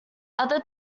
other